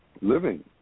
Living